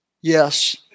yes